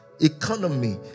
economy